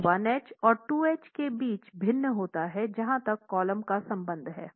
तो 1 h और 2 h के बीच भिन्न होता है जहां तक कॉलम का संबंध है